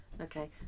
okay